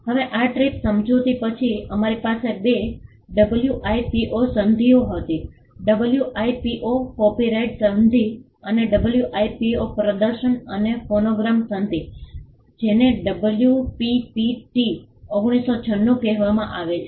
હવે આ ટ્રીપ્સ સમજૂતી પછી અમારી પાસે બે WIPO સંધિઓ હતી WIPO કોપિરાઇટ સંધિ અને WIPO પ્રદર્શન અને ફોનોગ્રામ સંધિ જેને WPPT1996 કહેવામાં આવે છે